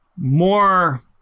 more